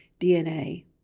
DNA